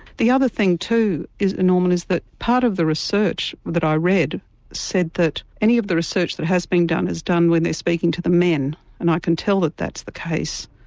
the other thing too norman is that part of the research that i read said that any of the research that has been done is done when they're speaking to the men and i can tell that that's the case,